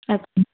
अच्छा